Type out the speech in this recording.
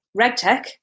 RegTech